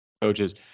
coaches